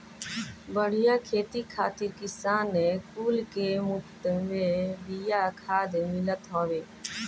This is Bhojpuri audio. बढ़िया खेती खातिर किसान कुल के मुफत में बिया खाद मिलत हवे